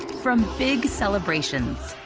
from big celebrations